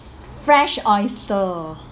fresh oyster